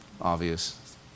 Obvious